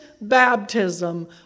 baptism